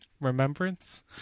remembrance